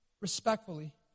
respectfully